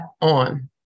on